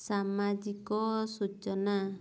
ସାମାଜିକ ସୂଚନା